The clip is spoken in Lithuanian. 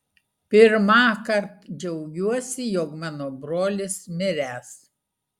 pirmąkart džiaugiuosi jog mano brolis miręs